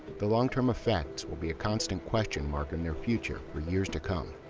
the long term effects will be a constant question mark in their future for years to come.